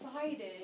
excited